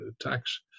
tax